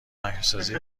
مهیاسازی